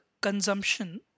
consumption